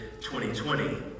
2020